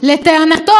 לטענתו,